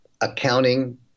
accounting